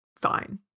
fine